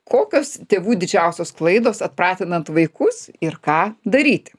kokios tėvų didžiausios klaidos atpratinant vaikus ir ką daryt